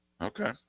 Okay